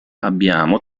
abbiamo